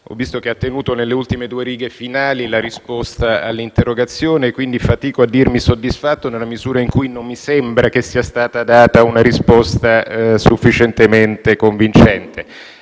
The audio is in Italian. Ho visto che ha riservato alle ultime due righe finali la risposta all'interrogazione e quindi fatico a dirmi soddisfatto, nella misura in cui non mi sembra che sia stata data una risposta sufficientemente convincente.